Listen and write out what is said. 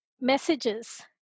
messages